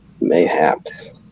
Mayhaps